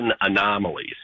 anomalies